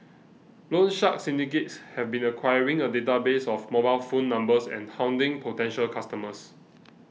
loan shark syndicates have been acquiring a database of mobile phone numbers and hounding potential customers